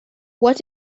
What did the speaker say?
what